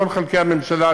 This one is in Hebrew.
כל חלקי הממשלה,